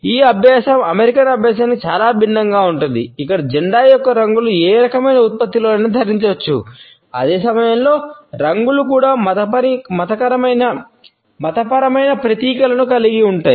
ఈ అభ్యాసం అమెరికన్ అభ్యాసానికి చాలా భిన్నంగా ఉంటుంది ఇక్కడ జెండా యొక్క రంగులు ఏ రకమైన ఉత్పత్తిలోనైనా ధరించవచ్చు అదే సమయంలో రంగులు కూడా మతపరమైన ప్రతీకలను కలిగి ఉంటాయి